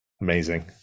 amazing